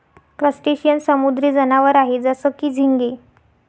crustacean समुद्री जनावर आहे जसं की, झिंगे